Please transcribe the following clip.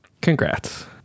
Congrats